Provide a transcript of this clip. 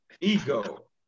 ego